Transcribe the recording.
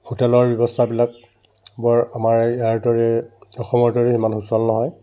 হোটেলৰ ব্যৱস্থাবিলাক বৰ আমাৰ ইয়াৰ দৰে অসমৰ দৰে ইমান সুচল নহয়